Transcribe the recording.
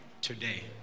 today